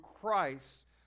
Christ